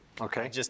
Okay